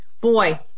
boy